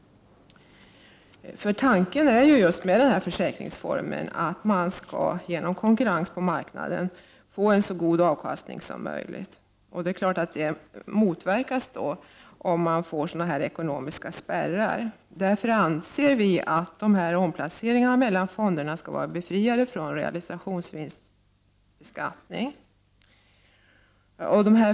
Tanken med denna försäkringsform är ju att man genom konkurrens på marknaden skall få en så god avkastning som möjligt, och det är klart att detta motverkas om det blir sådana ekonomiska spärrar. Därför anser vi att omplaceringar mellan fonderna skall vara befriade från realisationsvinstbeskattning.